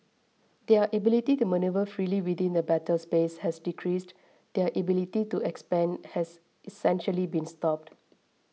their ability to manoeuvre freely within the battle space has decreased their ability to expand has essentially been stopped